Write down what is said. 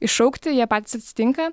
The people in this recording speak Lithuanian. iššaukti jie patys atsitinka